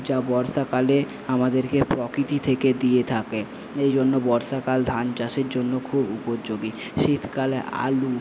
যা বর্ষাকালে আমাদেরকে প্রকৃতি থেকে দিয়ে থাকে এইজন্য বর্ষাকাল ধানচাষের জন্য খুব উপযোগী শীতকালে আলু